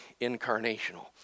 incarnational